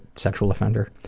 sexual offender.